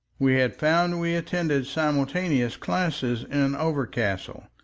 we had found we attended simultaneous classes in overcastle,